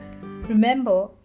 Remember